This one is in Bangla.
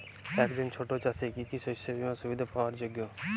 একজন ছোট চাষি কি কি শস্য বিমার সুবিধা পাওয়ার যোগ্য?